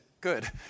good